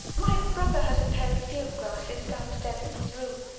my brother has a pair of field glasses downstairs in his room.